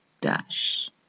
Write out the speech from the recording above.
dash